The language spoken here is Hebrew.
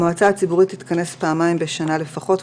"המועצה הציבורית תתכנס פעמים בשנה לפחות,